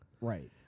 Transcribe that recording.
Right